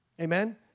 Amen